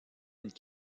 une